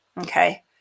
Okay